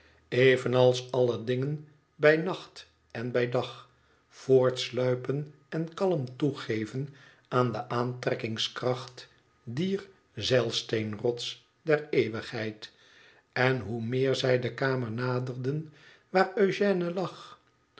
evenals alle dingen bij nacht en bij dag voortsluipen en kalm toegeven aan de aantrekkingskracht dier zeilsteenrots der eeuwigheid en hoe meer zij de kamer naderden waar eugène lag